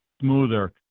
smoother